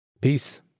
Peace